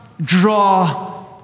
draw